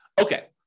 okay